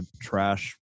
trash